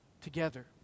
together